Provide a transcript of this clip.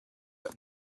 but